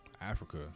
Africa